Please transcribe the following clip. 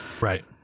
Right